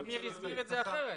אבל אמיר הסביר את זה אחרת.